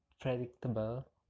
predictable